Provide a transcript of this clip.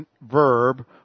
verb